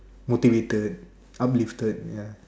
motivated uplifted ya